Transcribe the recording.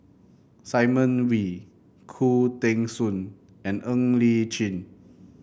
Simon Wee Khoo Teng Soon and Ng Li Chin